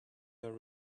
your